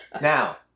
Now